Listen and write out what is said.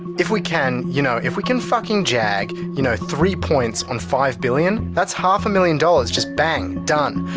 if we can you know, if we can fucking jag, you know three points on five billion, that's half a million dollars just bang, done.